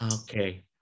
Okay